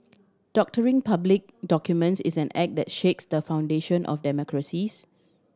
doctoring public documents is an act that shakes the foundation of democracies